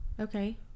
okay